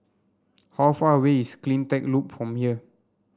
how far away is CleanTech Loop from here